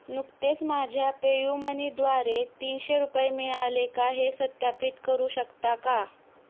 नुकतेच माझ्या पेयुमनीद्वारे तीनशे रुपये मिळाले का हे सत्यापित करू शकता का